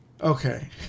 Okay